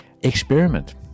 Experiment